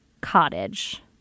cottage